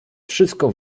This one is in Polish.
wszystko